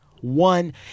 One